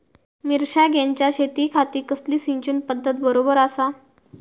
मिर्षागेंच्या शेतीखाती कसली सिंचन पध्दत बरोबर आसा?